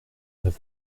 avons